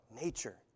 nature